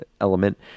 element